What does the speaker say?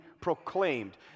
proclaimed